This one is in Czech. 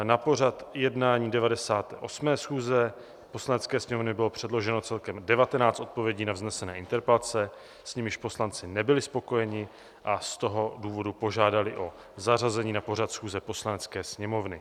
Na pořad jednání 98. schůze Poslanecké sněmovny bylo předloženo celkem 19 odpovědí na vznesené interpelace, s nimiž poslanci nebyli spokojeni, a z toho důvodu požádali o zařazení na pořad schůze Poslanecké sněmovny.